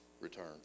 returns